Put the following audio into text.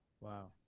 Wow